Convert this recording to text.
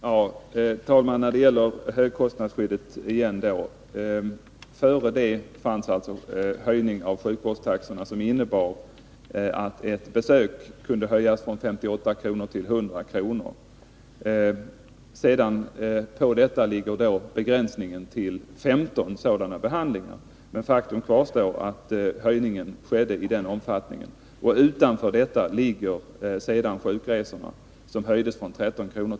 Herr talman! När det gäller högkostnadsskyddet, så fanns det före införandet av detta ett system med höjning av sjukvårdstaxorna, som innebar att kostnaden för ett besök kunde höjas från 58 kr. till 100 kr. Härutöver har vi begränsningen till 15 behandlingar, men faktum kvarstår att höjningen skedde i den omfattningen. Utanför detta ligger sjukresorna där kostnaden höjdes från 13 kr.